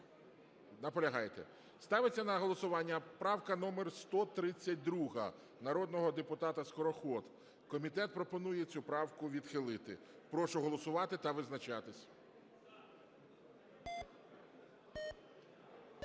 Наполягаєте. Ставиться на голосування правка номер 132 народного депутата Скороход. Комітет пропонує цю правку відхилити. Прошу голосувати та визначатись.